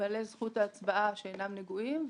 בעלי זכות ההצבעה שאינם נגועים,